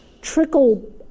trickle